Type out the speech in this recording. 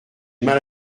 mal